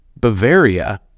Bavaria